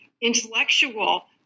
intellectual